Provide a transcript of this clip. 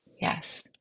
Yes